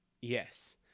yes